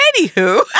Anywho